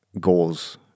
goals